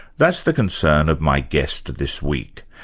that's the concern of my guest this week.